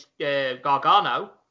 Gargano